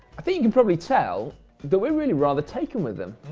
i think you can probably tell that we're really rather taken with them.